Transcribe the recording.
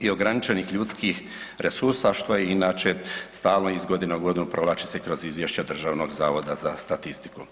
i ograničenih ljudskih resursa, što inače stalno iz godine u godinu provlači se kroz izvješća Državnog zavoda za statistiku.